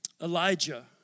Elijah